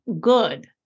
good